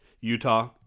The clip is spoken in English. Utah